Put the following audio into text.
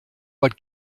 but